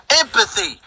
empathy